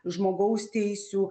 žmogaus teisių